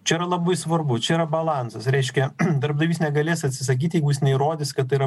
čia yra labai svarbu čia yra balansas reiškia darbdavys negalės atsisakyt jeigu jis neįrodys kad tai yra